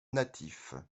natif